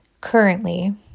currently